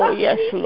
yes